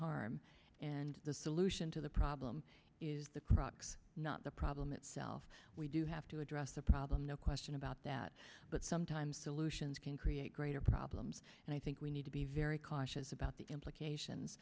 harm and the solution to the problem is the crux not the problem itself we do have to address the problem no question about that but sometimes solutions can create greater problems and i think we need to be very conscious about the implications